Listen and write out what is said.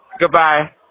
Goodbye